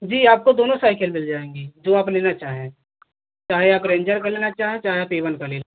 जी आपको दोनों साइकिल मिल जाएँगी जो आप लेना चाहें चाहे आप रेंजर का लेना चाहें चाहें आप ए वन का ले लें